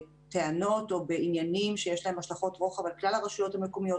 בטענות או בעניינים שיש להם השלכות רוחב על כלל הרשויות המקומיות,